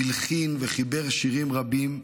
הלחין וחיבר שירים רבים,